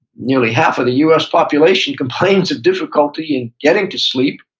nearly half of the us population complains of difficulty in getting to sleep,